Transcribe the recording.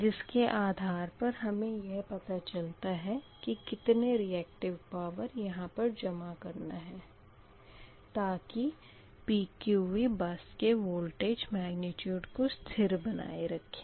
इसके आधार पर हमें यह पता चलता है कि कितनी रिएक्टिव पावर यहाँ पर जमा करना है ताकी PQV बस के वोल्टेज मैग्निट्यूड को स्थिर बनाए रखें